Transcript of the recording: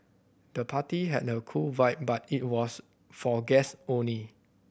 the party had a cool vibe but it was for guest only